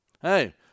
hey